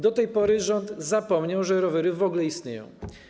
Do tej pory rząd zapomniał, że rowery w ogóle istnieją.